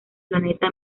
planeta